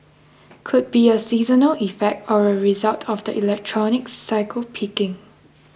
could be a seasonal effect or a result of the electronics cycle peaking